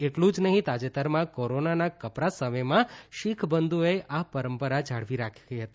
એટલું જ નહીં તાજેતરમાં કોરોનાના કપરા સમયમાં શીખબંધુઓએ આ પરંપરા જાળવી રાખી હતી